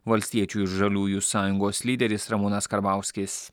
valstiečių ir žaliųjų sąjungos lyderis ramūnas karbauskis